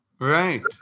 Right